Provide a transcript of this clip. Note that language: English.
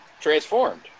transformed